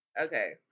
Okay